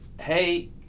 hey